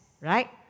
right